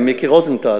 מיקי רוזנטל,